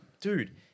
Dude